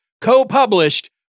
co-published